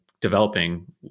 developing